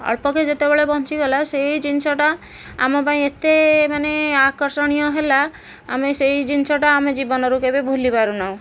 ଅଳ୍ପକେ ଯେତେବେଳେ ବଞ୍ଚିଗଲା ସେହି ଜିନିଷଟା ଆମପାଇଁ ଏତେ ମାନେ ଆକର୍ଷଣୀୟ ହେଲା ଆମେ ସେଇ ଜିନିଷଟା ଆମେ ଜୀବନରୁ କେବେ ଭୁଲି ପାରୁନାହିଁ